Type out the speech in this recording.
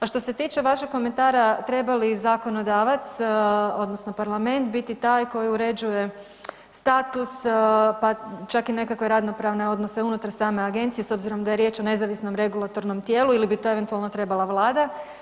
A što se tiče vašeg komentara treba li zakonodavac odnosno parlament biti taj koji uređuje status, pa čak i nekakve radno pravne odnose unutar same agencije s obzirom da je riječ o nezavisnom regulatornom tijelu ili bi to eventualno trebala vlada.